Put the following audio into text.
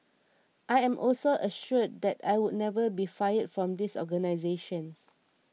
I am also assured that I would never be fired from this organisation